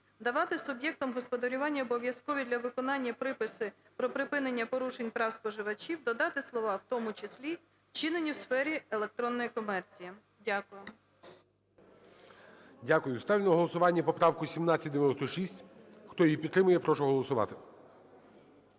"давати суб'єктам господарювання обов'язкові для виконання приписи про припинення порушень прав споживачів" додати слова "в тому числі вчинені в сфері електронної комерції". Дякую. ГОЛОВУЮЧИЙ. Дякую. Ставлю на голосування поправку 1796. Хто її підтримує, я прошу голосувати.